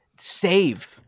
Saved